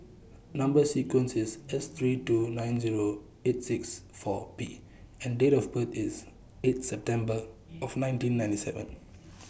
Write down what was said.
Number sequence IS S three two nine Zero eight six four P and Date of birth IS eight December of nineteen ninety seven